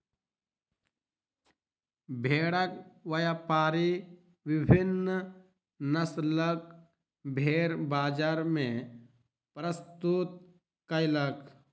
भेड़क व्यापारी विभिन्न नस्लक भेड़ बजार मे प्रस्तुत कयलक